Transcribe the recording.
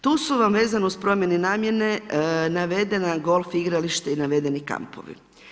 Tu su vam vezano uz promjene namjene navedena golf igrališta i navedeni kampovi.